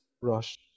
rush